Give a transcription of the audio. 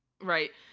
Right